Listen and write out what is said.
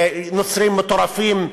נוצרים מטורפים,